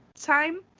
time